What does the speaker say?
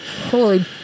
Holy